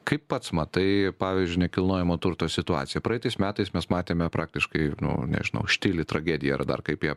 kaip pats matai pavyzdžiui nekilnojamo turto situaciją praeitais metais mes matėme praktiškai nu nežinau štili tragediją ir dar kaip ją